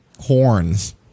horns